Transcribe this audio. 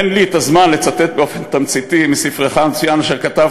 אין לי זמן לצטט באופן תמציתי מהספר המצוין אשר כתבת,